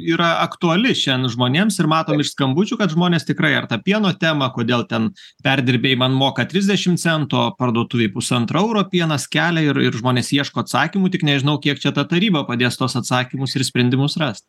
yra aktuali šian žmonėms ir matom iš skambučių kad žmonės tikrai ar tą pieno temą kodėl ten perdirbėjai man moka trisdešim centų o parduotuvėj pusantro euro pienas kelia ir ir žmonės ieško atsakymų tik nežinau kiek čia ta taryba padės tuos atsakymus ir sprendimus rast